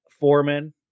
Foreman